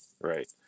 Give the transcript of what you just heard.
right